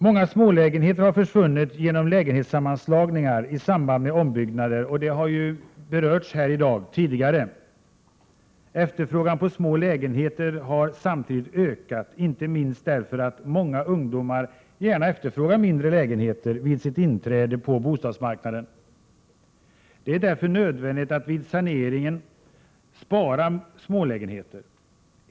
Många smålägenheter har försvunnit genom lägenhetssammanslagningar i samband med ombyggnader. Det har berörts tidigare här i dag. Efterfrågan på smålägenheter har samtidigt ökat, inte minst därför att många ungdomar gärna efterfrågar mindre lägenheter vid sitt inträde på bostadsmarknaden. Det är därför nödvändigt att spara smålägenheter vid saneringar.